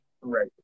Right